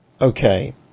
Okay